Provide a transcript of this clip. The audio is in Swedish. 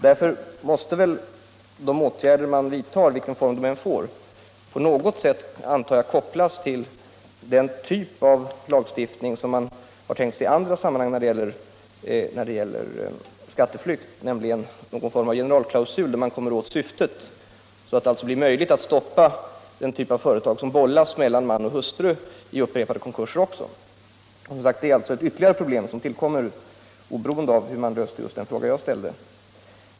Därför måste de åtgärder som vidtas — vilken form dessa än får — på något sätt kopplas till en lagstiftning av det slag som man tänker sig i andra sammanhang för att komma till rätta med skatteflykt, nämligen någon form av generalklausul som tar sikte på syftet, så att det blir möjligt att stoppa de bolag som vid upprepade konkurser bollas mellan man, hustru och barn. Detta är ett ytterligare problem som finns kvar, oberoende av hur man löser den fråga jag har tagit upp.